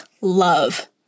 love